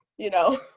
you know,